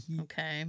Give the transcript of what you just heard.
okay